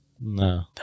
no